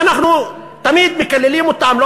שאנחנו תמיד מקללים אותם,